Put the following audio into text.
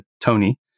Tony